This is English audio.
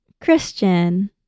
Christian